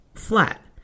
flat